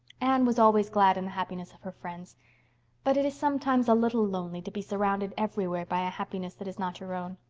anne was always glad in the happiness of her friends but it is sometimes a little lonely to be surrounded everywhere by a happiness that is not your own.